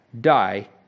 die